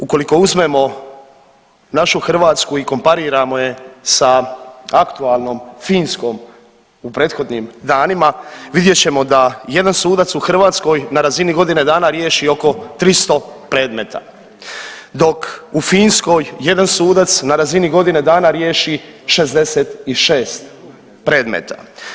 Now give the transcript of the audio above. Ukoliko uzmemo našu Hrvatsku i kompariramo je sa aktualnom Finskom u prethodnim danima vidjet ćemo da jedan sudac u Hrvatskoj na razini godine dana riješi oko 300 predmeta, dok u Finskoj jedan sudac na razini godine dana riješi 66 predmeta.